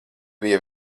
bija